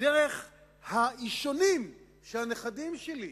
דרך האישונים של הנכדים שלי.